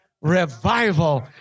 revival